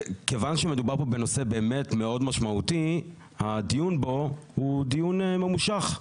כיוון שמדובר פה בנושא באמת מאוד משמעותי הדיון בו הוא דיון ממושך.